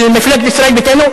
של מפלגת ישראל ביתנו,